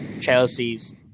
Chelsea's